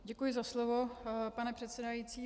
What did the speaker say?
Děkuji za slovo, pane předsedající.